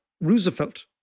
Roosevelt